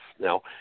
Now